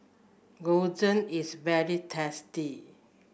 gyoza is very tasty